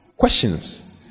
Questions